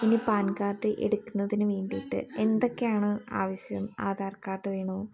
ഇനി PAN card എടുക്കുന്നതിന് വേണ്ടിയിട്ട് എന്തൊക്കെയാണ് ആവശ്യം ആധാർ കാർഡ് വേണോ